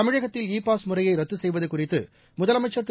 தமிழகத்தில் e pass முறையைரத்துசெய்வதுகுறித்துமுதலமைச்சர் திரு